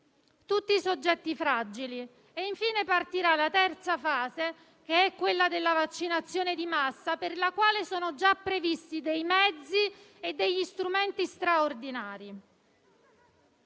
tutti i soggetti fragili; infine partirà la terza fase, quella della vaccinazione di massa, per la quale sono già previsti dei mezzi e degli strumenti straordinari.